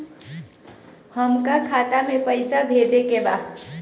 हमका खाता में पइसा भेजे के बा